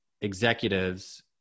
executives